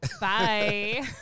Bye